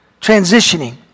transitioning